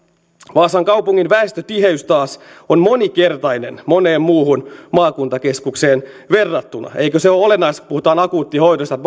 vaasan kaupungin väestötiheys taas on moninkertainen moneen muuhun maakuntakeskukseen verrattuna eikö se ole olennaista kun puhutaan akuuttihoidosta